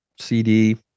CD